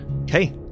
Okay